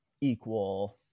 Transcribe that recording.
equal